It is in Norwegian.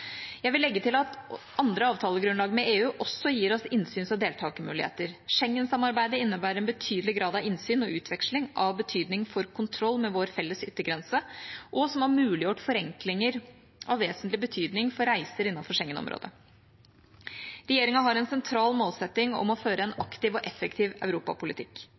Jeg vil legge til at andre avtalegrunnlag med EU også gir oss innsyns- og deltakermuligheter. Schengen-samarbeidet innebærer en betydelig grad av innsyn og utveksling av betydning for kontroll med vår felles yttergrense og har muliggjort forenklinger av vesentlig betydning for reiser innenfor Schengen-området. Regjeringa har en sentral målsetting om å føre en aktiv og effektiv